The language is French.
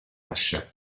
rachat